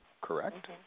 correct